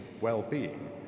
well-being